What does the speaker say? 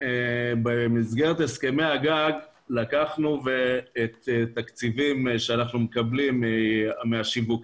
במסגרת הסכמי הגג אנחנו לקחנו תקציבים שאנחנו מקבלים מהשיווקים